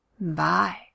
Bye